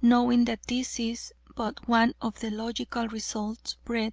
knowing that this is but one of the logical results bred